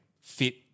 fit